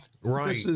Right